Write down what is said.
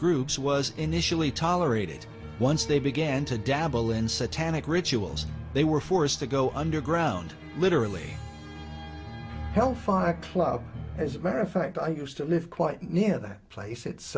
groups was initially tolerated once they began to dabble in satanic rituals they were forced to go underground literally hellfire club as a matter of fact i used to live quite near that place it's